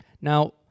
Now